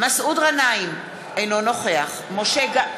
מסעוד גנאים, בעד משה גפני, אינו נוכח יעל